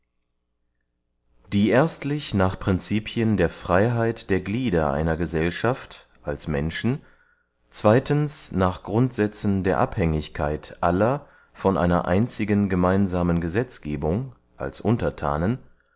die erstlich nach prinzipien der freyheit der glieder einer gesellschaft als menschen zweytens nach grundsätzen der abhängigkeit aller von einer einzigen gemeinsamen gesetzgebung als